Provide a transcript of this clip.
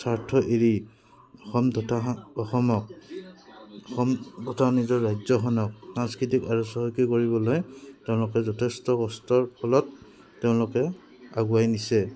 স্বাৰ্থ এৰি অসম তথা অসমক অসম তথা নিজৰ ৰাজ্যখনক সাংস্কৃতিক আৰু চহকী কৰিবলৈ তেওঁলোকে যথেষ্ট কষ্টৰ ফলত তেওঁলোকে আগুৱাই নিছে